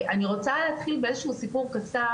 אני רוצה להתחיל באיזשהו סיפור קצר,